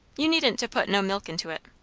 you needn't to put no milk into it!